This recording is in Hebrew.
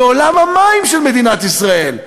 בעולם המים של מדינת ישראל.